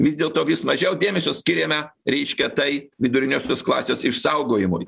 vis dėlto vis mažiau dėmesio skiriame reiškia tai viduriniosios klasės išsaugojimui